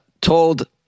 Told